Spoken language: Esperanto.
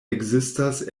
ekzistas